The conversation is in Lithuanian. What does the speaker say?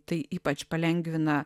tai ypač palengvina